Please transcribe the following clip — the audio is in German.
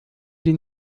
sie